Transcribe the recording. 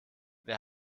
wer